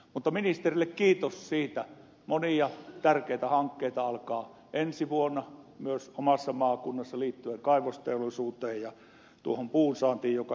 mutta ministerille kiitos siitä että monia tärkeitä hankkeita alkaa ensi vuonna myös omassa maakunnassani liittyen kaivosteollisuuteen ja puunsaantiin joka jossain vaiheessa paranee